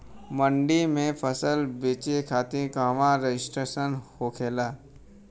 मंडी में फसल बेचे खातिर कहवा रजिस्ट्रेशन होखेला?